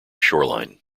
shoreline